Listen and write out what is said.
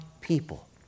people